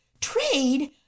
Trade